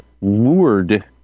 lured